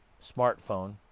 smartphone